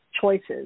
choices